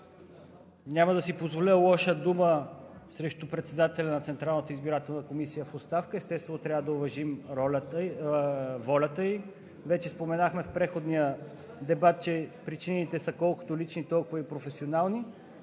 няма да си позволя лоша дума срещу председателя на Централната избирателна комисия в оставка. Естествено, трябва да уважим волята ѝ. Вече споменахме в преходния дебат, че причините са колкото лични, толкова и професионални,